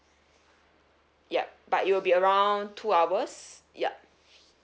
yup but it will be around two hours yup